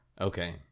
okay